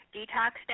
Detox